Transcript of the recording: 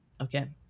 Okay